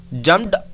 jumped